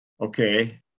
okay